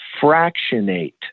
fractionate